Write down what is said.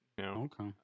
Okay